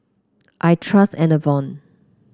I trust Enervon